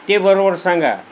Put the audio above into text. ते बरोबर सांगा